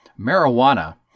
Marijuana